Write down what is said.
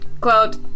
Quote